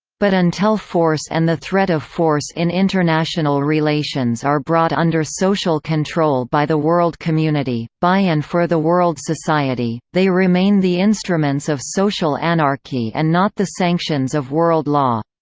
but until force and the threat of force in international relations are brought under social control by the world community, by and for the world society, they remain the instruments of social anarchy and not the sanctions of world law.